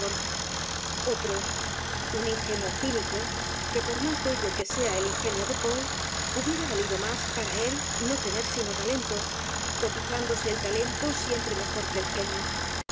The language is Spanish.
otro un ingenuo cínico que p o r m á s bello que sea el genio de poe hubiera valido más p a r a él no tener sino talento cotizándose el talento siempre mejor que el genio